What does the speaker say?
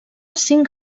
cinc